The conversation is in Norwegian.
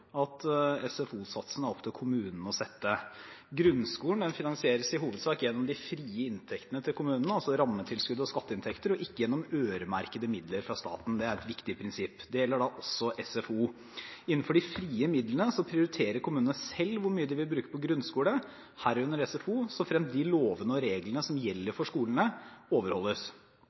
at SFO-satsen er det opp til kommunen å sette. Grunnskolen finansieres i hovedsak gjennom de frie inntektene til kommunene, altså rammetilskudd og skatteinntekter, og ikke gjennom øremerkede midler fra staten. Det er et viktig prinsipp. Det gjelder også for SFO. Innenfor de frie midlene prioriterer kommunene selv hvor mye de vil bruke på grunnskole, herunder SFO, såfremt lovene og reglene som gjelder for skolene, overholdes.